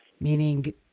Meaning